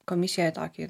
komisijoj tokį